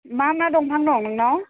मा मा दंफां दं नोंनाव